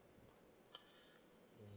mmhmm